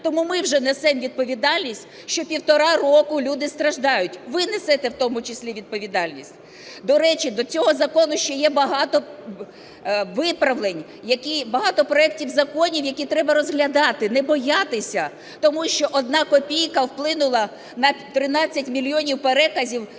тому ми вже несемо відповідальність, що півтора року люди страждають, ви несете в тому числі, відповідальність. До речі, до цього закону ще є багато виправлень, багато проектів законів, які треба розглядати, не боятися. Тому що одна копійка вплинула на 13 мільйонів переказів,